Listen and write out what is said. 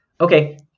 okay